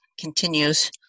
continues